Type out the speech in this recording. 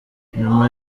nyuma